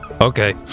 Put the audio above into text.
Okay